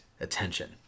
attention